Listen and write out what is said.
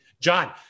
John